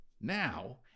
Now